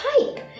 pipe